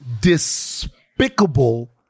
despicable